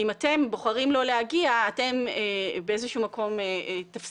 אם אתם בוחרים לא להגיע, אתם באיזשהו מקום תפסידו.